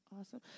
awesome